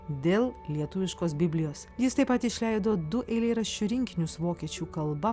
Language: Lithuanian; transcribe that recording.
dėl lietuviškos biblijos jis taip pat išleido du eilėraščių rinkinius vokiečių kalba